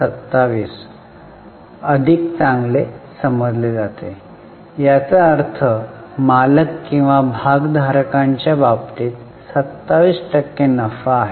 27 अधिक चांगले समजले जाते याचा अर्थ मालक किंवा भागधारकांच्या बाबतीत 27 टक्के नफा आहे